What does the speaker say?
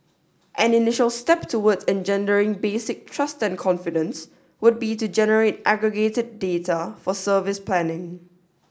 an initial step towards engendering basic trust and confidence would be to generate aggregated data for service planning